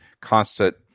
constant